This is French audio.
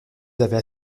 avaient